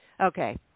Okay